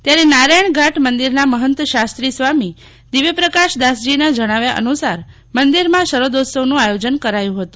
ત્યારે નારાયણ ઘાટ મંદિરના મહંત શાસ્ત્રી સ્વામી દિવ્યપ્રકાશ દાસજીના જણાવ્યા અનુસાર મંદિર માં શરદોત્સવનું આયોજન કરાયું હત